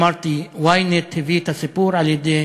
אמרתי, ynet הביא את הסיפור על-ידי